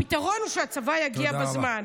הפתרון הוא שהצבא יגיע בזמן.